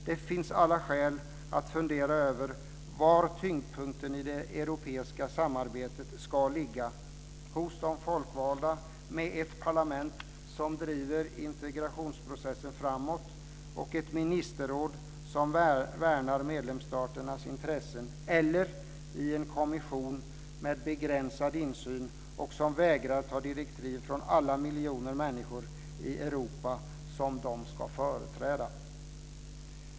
Det finns alla skäl att fundera över var tyngdpunkten i det europeiska samarbetet ska ligga - hos de folkvalda med ett parlament som driver integrationsprocessen framåt och ett ministerråd som värnar medlemsstaternas intressen eller i en kommission med begränsad insyn och som vägrar att ta direktiv från alla de miljoner människor i Europa som de ska företräda.